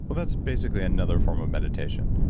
but that's basically another form of meditation,